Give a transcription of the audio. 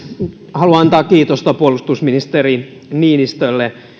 haluan antaa kiitosta puolustusministeri niinistölle